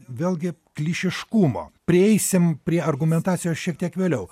vėlgi klišiškumo prieisim prie argumentacijos šiek tiek vėliau